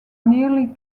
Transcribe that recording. nearly